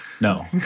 No